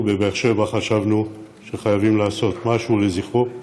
אנחנו בבאר שבע חשבנו שחייבים לעשות משהו לזכרו,